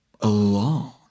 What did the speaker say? alone